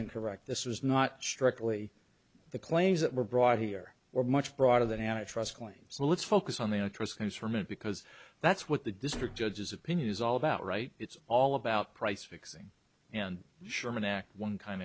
incorrect this was not strictly the claims that were brought here or much broader than an actress claims so let's focus on the interest comes from it because that's what the district judge's opinion is all about right it's all about price fixing and sherman act one kind